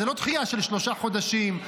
זו לא דחייה של שלושה חודשים,